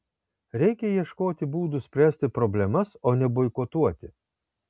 reikia ieškoti būdų spręsti problemas o ne boikotuoti